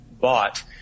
bought